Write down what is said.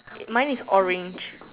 mine is orange